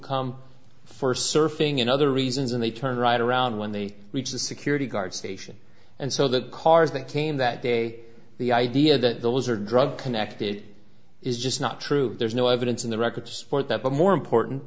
come for surfing and other reasons and they turn right around when they reach the security guard station and so the cars that came that day the idea that those are drug connected is just not true there's no evidence in the record sport that but more important